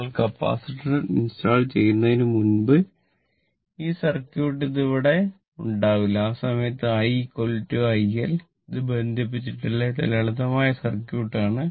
നമ്മൾ capacitor install ചെയ്യുന്നതിന് മുബ് ഈ സർക്യൂട്ട് ഇത് അവിടെ ഉണ്ടാവില്ല ആ സമയത്ത് I IL ഇത് ബന്ധിപ്പിച്ചിട്ടില്ല ഇത് ലളിതമായ സർക്യൂട്ട് ആണ്